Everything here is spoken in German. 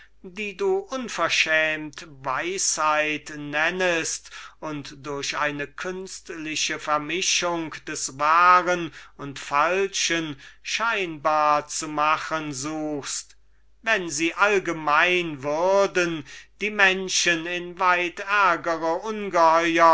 die du so unverschämt weisheit nennest und durch eine künstliche vermischung des wahren mit dem falschen scheinbar zu machen suchst wenn sie allgemein würden die menschen in weit